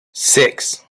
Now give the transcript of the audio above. six